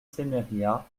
semeria